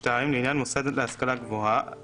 (2)לעניין מוסד להשכלה גבוהה,